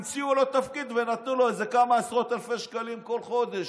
המציאו לו תפקיד ונתנו לו איזה כמה עשרות אלפי שקלים בכל חודש.